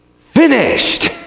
finished